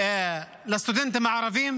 לסטודנטים הערבים?